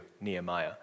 Nehemiah